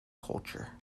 culture